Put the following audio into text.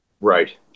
Right